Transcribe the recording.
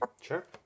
Sure